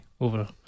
over